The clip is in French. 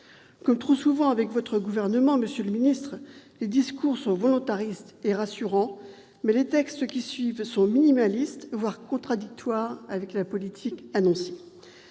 Comme trop souvent avec ce gouvernement, monsieur le ministre, les discours sont volontaristes et rassurants, mais les textes qui suivent sont minimalistes, voire contradictoires avec la politique annoncée.